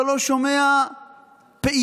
אתה לא שומע פעייה.